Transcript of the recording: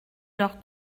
leurs